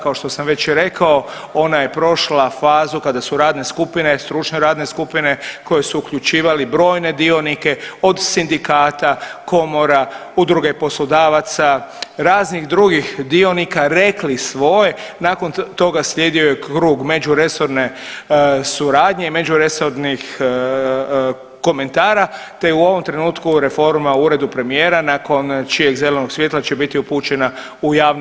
Kao što sam već rekao ona je prošla fazu kada su radne skupine, stručne radne skupine koje su uključivali brojne dionike od sindikata, komora, udruge poslodavaca, raznih drugih dionika rekli svoje, nakon toga slijedio je krug međuresorne suradnje i međuresornih komentara te je u ovom trenutku reforma u uredu premijera nakon čijeg zelenog svjetla će biti upućena u javno savjetovanje.